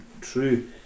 true